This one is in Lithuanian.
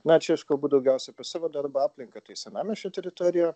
na čia aš kalbu daugiausia savo darbo aplinką tai senamiesčio teritorija